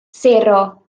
sero